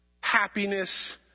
happiness